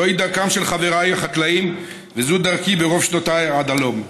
זוהי דרכם של חבריי החקלאים וזו דרכי ברוב שנותיי עד הלום.